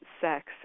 sex